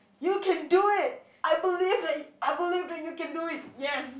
you can do it I believe that I believe that you can do it yes